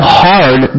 hard